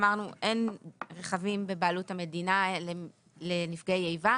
אמרנו שאין רכבים בבעלות המדינה לנפגעי איבה,